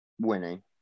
Winning